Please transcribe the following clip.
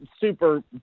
super